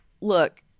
look